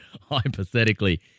hypothetically